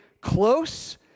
close